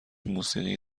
موسیقی